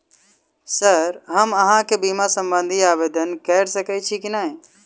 Sir हम अहाँ केँ बीमा संबधी आवेदन कैर सकै छी नै?